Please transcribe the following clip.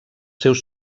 seus